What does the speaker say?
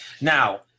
Now